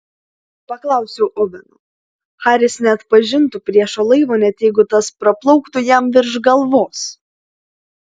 paklausiau oveno haris neatpažintų priešo laivo net jeigu tas praplauktų jam virš galvos